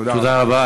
תודה רבה.